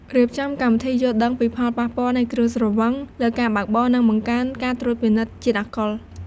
រៀបចំ កម្មវិធីយល់ដឹងពីផលប៉ះពាល់នៃគ្រឿងស្រវឹង លើការបើកបរ និងបង្កើនការត្រួតពិនិត្យជាតិអាល់កុល។